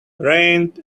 rained